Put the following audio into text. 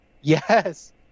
Yes